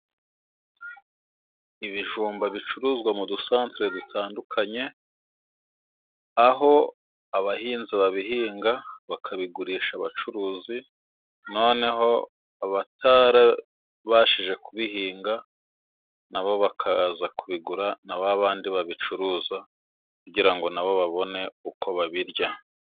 Ibijumba bicuruzwa mu dusantre dutandukanye, aho abahinzi babihinga, bakabigurisha abacuruzi, noneho abatarabashije kubihinga; nabo bakaza kubigura na ba bandi babicuruza kugira ngo nabo babone uko babirya.